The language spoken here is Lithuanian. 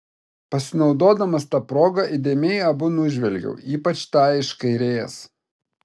pasinaudodamas ta proga įdėmiai abu nužvelgiau ypač tą iš kairės